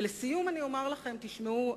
ולסיום אומר לכם: שמעו,